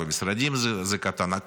ומשרדים זה קטן,